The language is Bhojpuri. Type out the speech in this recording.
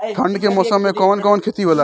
ठंडी के मौसम में कवन कवन खेती होला?